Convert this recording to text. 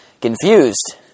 confused